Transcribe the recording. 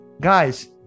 guys